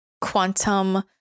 quantum